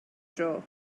dro